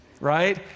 right